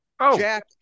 Jack